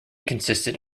consisted